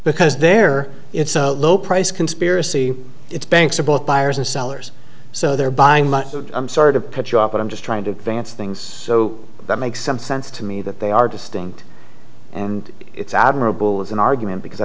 because there it's a low price conspiracy it's banks are both buyers and sellers so they're buying much i'm sorry to put you off but i'm just trying to advance things so that makes some sense to me that they are distinct and it's admirable as an argument because i